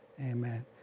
Amen